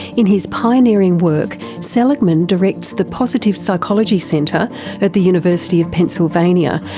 in his pioneering work, seligman directs the positive psychology center at the university of pennsylvania,